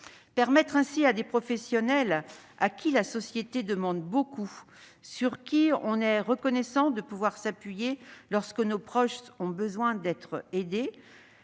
Permettre ainsi à des professionnels, à qui la société demande beaucoup, sur lesquels nous sommes reconnaissants de pouvoir nous appuyer lorsque nos proches ont besoin d'aide,